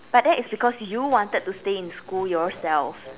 but that is because you wanted to stay in school yourself